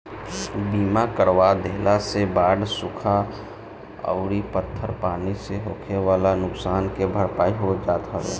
बीमा करवा देहला से बाढ़ सुखा अउरी पत्थर पानी से होखेवाला नुकसान के भरपाई हो जात हवे